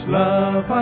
love